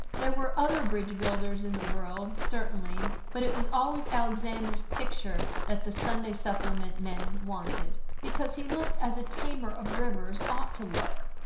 there were other bridge-builders in the world, certainly, but it was always alexander's picture that the sunday supplement men wanted, because he looked as a tamer of rivers ought to look.